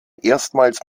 erstmals